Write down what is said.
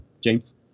James